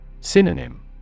Synonym